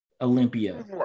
olympia